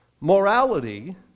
Morality